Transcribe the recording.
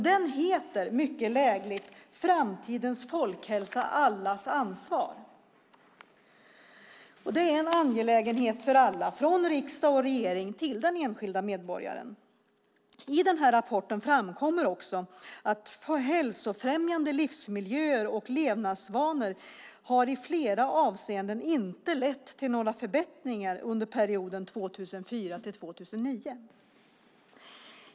Den heter mycket lägligt Framtidens folkhälsa - allas ansvar , och det är en angelägenhet för alla, från riksdag och regering till den enskilda medborgaren. I rapporten framkommer också att hälsofrämjande livsmiljöer och levnadsvanor i flera avseenden inte har lett till några förbättringar under perioden 2004-2009.